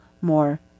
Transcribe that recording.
more